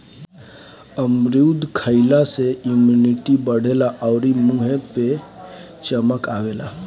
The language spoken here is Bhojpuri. अमरूद खइला से इमुनिटी बढ़ेला अउरी मुंहे पे चमक आवेला